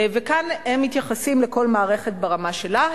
וכאן הם מתייחסים לכל מערכת ברמה שלה.